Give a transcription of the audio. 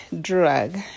drug